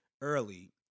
early